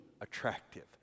attractive